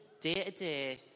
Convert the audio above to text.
day-to-day